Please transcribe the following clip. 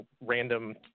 random